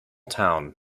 town